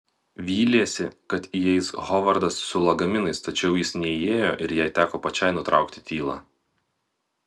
vylėsi kad įeis hovardas su lagaminais tačiau jis neįėjo ir jai teko pačiai nutraukti tylą